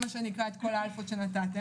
כל חברי הוועדה, אופוזיציה וקואליציה כאחד.